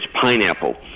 pineapple